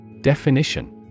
Definition